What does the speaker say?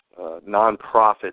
nonprofit